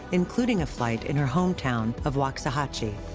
including a flight in her hometown of waxahachie.